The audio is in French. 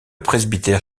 presbytère